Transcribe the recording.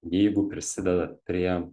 jeigu prisidedat prie